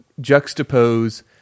juxtapose